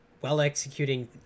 well-executing